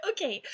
Okay